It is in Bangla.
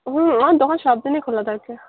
হুম আমার দোকান সবদিনই খোলা থাকে